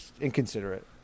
inconsiderate